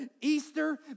Easter